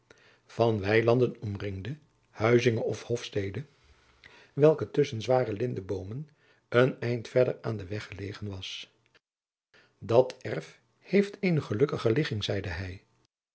van weilanden omringde huizinge of hofstede welke tusschen zware lindeboomen een eind verder aan den weg gelegen was dat erf heeft eene gelukkige ligging zeide hij